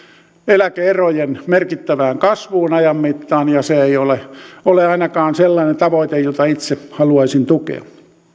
eläke erojen merkittävään kasvuun ajan mittaan ja se ei ole ole ainakaan sellainen tavoite jota itse haluaisin tukea